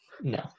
No